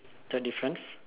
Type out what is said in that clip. the difference